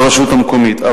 לרשות המקומית.